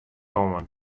oan